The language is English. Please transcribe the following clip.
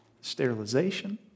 sterilization